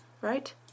right